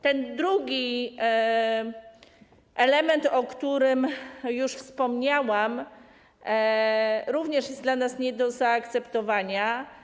Ten drugi element, o którym już wspomniałam, również jest dla nas nie do zaakceptowania.